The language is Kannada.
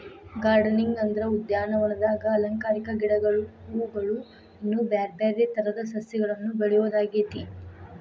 ಗಾರ್ಡನಿಂಗ್ ಅಂದ್ರ ಉದ್ಯಾನವನದಾಗ ಅಲಂಕಾರಿಕ ಗಿಡಗಳು, ಹೂವುಗಳು, ಇನ್ನು ಬ್ಯಾರ್ಬ್ಯಾರೇ ತರದ ಸಸಿಗಳನ್ನ ಬೆಳಿಯೋದಾಗೇತಿ